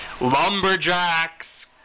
Lumberjacks